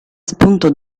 spunto